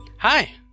Hi